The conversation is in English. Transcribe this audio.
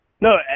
No